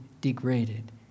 degraded